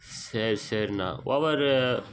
சரி சரி நான் ஓவர்ரு